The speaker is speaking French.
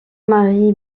marie